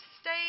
stay